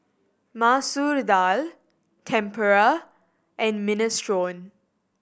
Masoor Dal Tempura and Minestrone